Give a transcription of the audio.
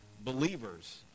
believers